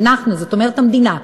"אנחנו" זאת אומרת המדינה,